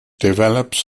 develops